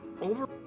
Over